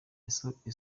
isoko